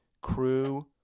crew